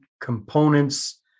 components